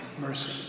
mercy